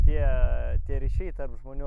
tie tie ryšiai tarp žmonių